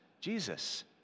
Jesus